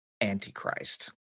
Antichrist